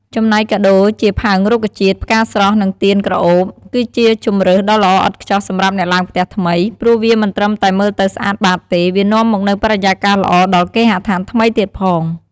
ចំណែកកាដូរជា ផើងរុក្ខជាតិ ផ្កាស្រស់ និង ទៀនក្រអូប គឺជាជម្រើសដ៏ល្អឥតខ្ចោះសម្រាប់អ្នកឡើងផ្ទះថ្មី ព្រោះវាមិនត្រឹមតែមើលទៅស្អាតបាតទេ វានាំមកនូវបរិយាកាសល្អដល់គេហដ្ឋានថ្មីទៀតផង។